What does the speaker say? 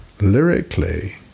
Lyrically